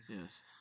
Yes